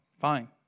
fine